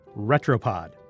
Retropod